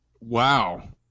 Wow